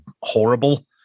horrible